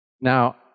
Now